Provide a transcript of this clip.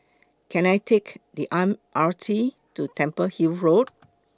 Can I Take The M R T to Temple Hill Road